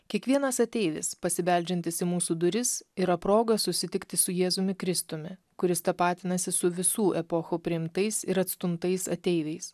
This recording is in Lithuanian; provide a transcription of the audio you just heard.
kiekvienas ateivis pasibeldžiantis į mūsų duris yra proga susitikti su jėzumi kristumi kuris tapatinasi su visų epochų priimtais ir atstumtais ateiviais